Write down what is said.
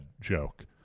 joke